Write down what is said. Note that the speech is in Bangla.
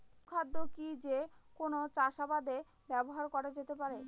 অনুখাদ্য কি যে কোন চাষাবাদে ব্যবহার করা যেতে পারে?